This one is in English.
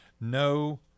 no